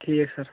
ٹھیٖک سر